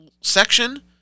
section